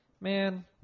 man